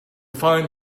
find